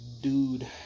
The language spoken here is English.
dude